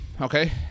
okay